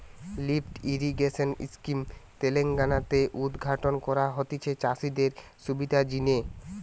lift irrigation scheme Telangana তে উদ্ঘাটন করা হতিছে চাষিদের সুবিধার জিনে